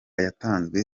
yatanzwe